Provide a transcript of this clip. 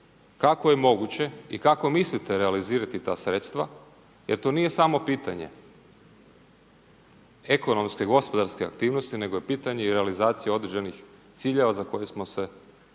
kako je moguće i kako mislite realizirati ta sredstva jer to nije samo pitanje ekonomske, gospodarske aktivnosti nego je pitanje i realizacije određenih ciljeva za koje smo se obvezali.